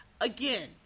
again